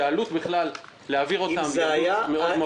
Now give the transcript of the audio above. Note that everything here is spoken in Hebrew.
שהעלות להעביר אותם גבוהה מאוד.